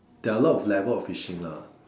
there are a lot of level of fishing lah